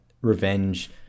revenge